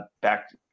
back